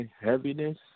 heaviness